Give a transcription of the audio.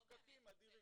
יש פקקים אדירים.